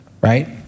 right